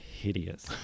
hideous